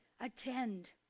attend